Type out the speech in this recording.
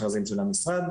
אלא רק תלכו להיי-טק,